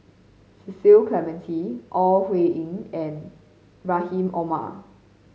Cecil Clementi Ore Huiying and Rahim Omar